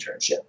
internship